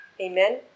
Amen